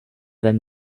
them